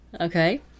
Okay